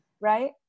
right